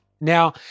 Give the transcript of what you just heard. Now